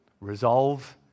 resolve